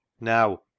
Now